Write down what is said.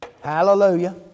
Hallelujah